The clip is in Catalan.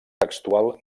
textual